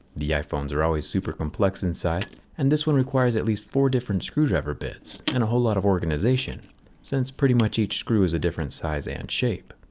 iphones are always super complex inside and this one requires at least four different screwdriver bits and a whole lot of organization since pretty much each screw is a different size and shape.